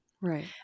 Right